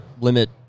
limit